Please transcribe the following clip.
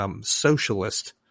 socialist